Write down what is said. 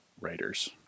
Writers